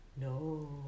no